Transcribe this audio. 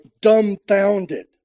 dumbfounded